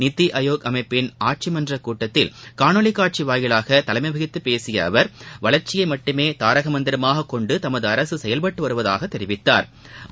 நிதி ஆயோக் அமைப்பின் ஆட்சி மன்றக் கூட்டத்தில் காணொலி காட்சி வாயிலாக தலைமை வகித்து பேசிய அவர் வளர்ச்சியை மட்டுமே தாரக மந்திரமாகக் கொன்டு தமது அரக செயவ்பட்டு வருவதாகவும் தெரிவித்தாா்